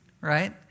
right